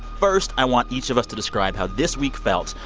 first, i want each of us to describe how this week felt.